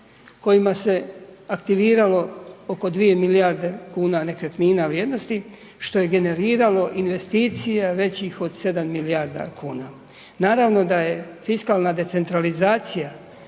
kojima se aktiviralo oko 2 milijarde kuna nekretnina vrijednosti, što je generiralo investicije većih od 7 milijardi kuna. Naravno da je fiskalna decentralizacija